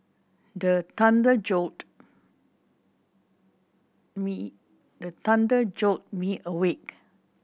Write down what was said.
the thunder jolt me the thunder jolt me awake